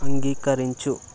అంగీకరించు